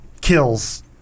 kills –